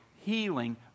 healing